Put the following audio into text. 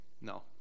No